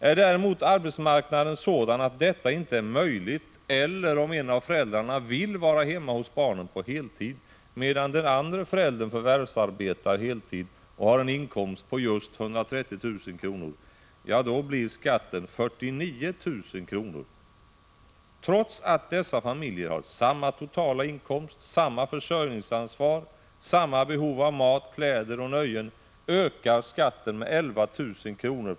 Är däremot arbetsmarknaden sådan att detta inte är möjligt, eller om en av föräldrarna vill vara hemma hos barnen på heltid medan den andre föräldern förvärvsarbetar heltid och har en inkomst på just 130 000 kr., blir skatten 49 000 kr. Trots att dessa familjer har samma totala inkomst, samma försörjningsansvar och samma behov av mat, kläder och nöjen ökar skatten med 11 000 kr.